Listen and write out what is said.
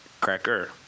Cracker